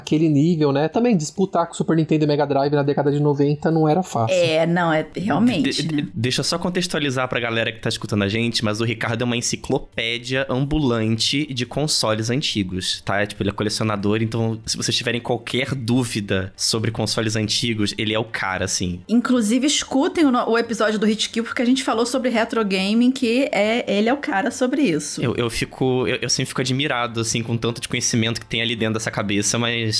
Aquele nível, né? Também disputar com Super Nintendo e Mega Drive na década de 90 não era fácil. É, não, é- realmente, De- né? de- deixa eu só contextualizar pra galera que tá escutando a gente, mas o Ricardo é uma enciclopédia ambulante de consoles antigos, tá? É, tipo, ele é colecionador, então, se vocês tiverem qualquer dúvida sobre consoles antigos, ele é o cara, assim. Inclusive, escutem o no- o episódio do Hit Kill, porque a gente falou sobre retro gaming, que é- ele é o cara sobre isso. Eu- eu fico- eu- eu sempre fico admirado, assim, com o tanto de conhecimento que tem ali dentro dessa cabeça, mas